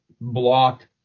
block